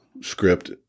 script